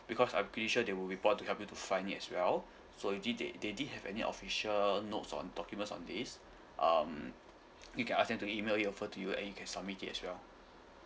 because I pretty sure they will report to help you to find it as well so did they they did have any official notes or documents on this um you can ask them to email you offer to you for you can submit it as well